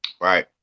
right